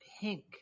Pink